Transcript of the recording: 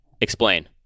Explain